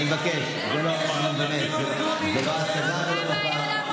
אני מבקש, זה לא, מה הבעיה לעמוד פה?